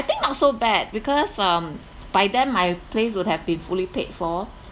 I think not so bad because um by then my place would have been fully paid for